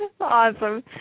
Awesome